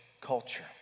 culture